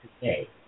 today